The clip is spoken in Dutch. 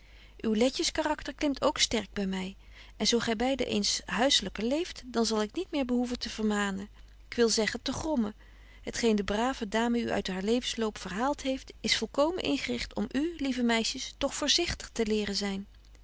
uw letjes karakter klimt ook sterk by my en zo gy beide eens huisselyker leeft dan zal ik niet meer behoeven te vermanen k wil zeggen te grommen het geen de brave dame u uit haar levensloop verhaalt heeft is volkomen ingericht om u lieve meisjes toch voorzichtig te leren zyn